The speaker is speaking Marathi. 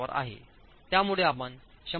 त्यामुळे आपण 100 मि